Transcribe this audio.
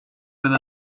with